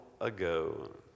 ago